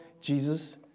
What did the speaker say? Jesus